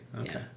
okay